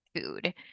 food